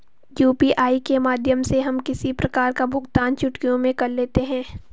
UPI के माध्यम से हम किसी प्रकार का भुगतान चुटकियों में कर लेते हैं